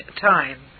time